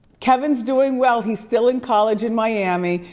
kevin's doing well, he's still in college in miami,